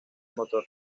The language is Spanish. motor